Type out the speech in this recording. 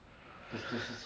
I use more phone eh